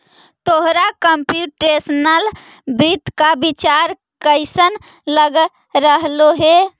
तोहरा कंप्युटेशनल वित्त का विचार कइसन लग रहलो हे